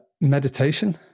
meditation